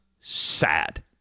sad